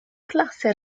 klasse